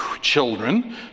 children